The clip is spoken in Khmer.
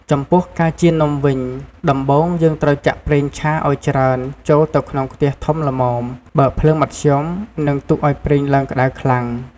ចំពោះ ការចៀននំវិញ ដំបូងយើងត្រូវចាក់ប្រេងឆាឱ្យច្រើនចូលទៅក្នងខ្ទះធំល្មម បើកភ្លើងមធ្យម និងទុកឱ្យប្រេងឡើងក្តៅខ្លាំង។